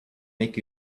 make